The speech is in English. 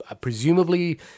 presumably